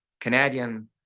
Canadian